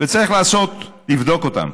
וצריך לבדוק אותם.